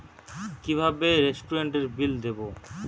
কিভাবে রেস্টুরেন্টের বিল দেবো?